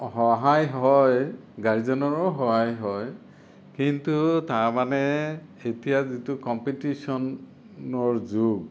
সহায় হয় গাৰ্জেনৰো সহায় হয় কিন্তু তাৰমানে এতিয়া যিটো কম্পিটিশ্যনৰ যুগ